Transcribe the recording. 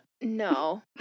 no